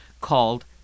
called